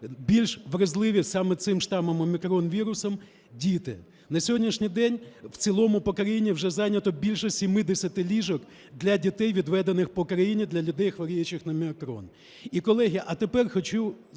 більш вразливі саме цим штамом "Омікрон" вірусу діти. На сьогоднішній день в цілому по країні вже зайнято більше 70 ліжок для дітей, відведених по країні для людей, хворіючих на "Омікрон".